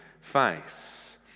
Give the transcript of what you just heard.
face